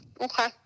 Okay